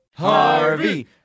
Harvey